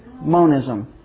Monism